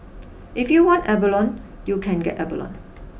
if you want abalone you can get abalone